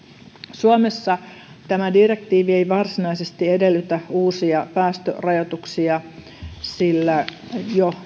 suomessa tämä direktiivi ei varsinaisesti edellytä uusia päästörajoituksia sillä jo